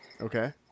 Okay